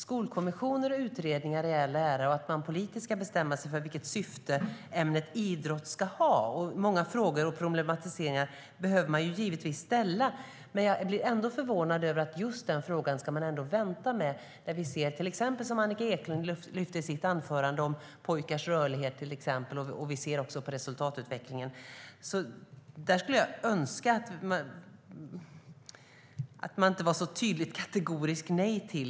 Skolkommissioner och utredningar och att man ska bestämma sig för vilket syfte ämnet idrott ska ha i all ära - många frågor behöver man givetvis ställa, men jag blir ändå förvånad över att man ska vänta med just den här frågan. Vi ser ju till exempel det som Annika Eclund lyfte fram i sitt anförande om pojkars rörlighet, och vi ser resultatutvecklingen. Här skulle jag önska att man inte sa så tydligt och kategoriskt nej.